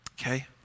okay